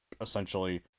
essentially